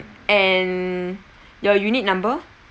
and your unit number